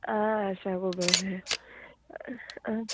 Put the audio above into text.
आं आसा गो बरें